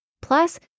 plus